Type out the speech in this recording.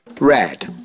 red